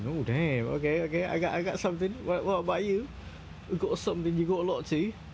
oh damn okay okay I got I got somethin what what about you you got somethin you got a lot too